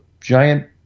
giant